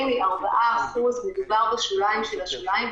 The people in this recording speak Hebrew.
היא 4%. מדובר על השוליים של השוליים,